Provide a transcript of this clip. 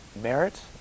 merit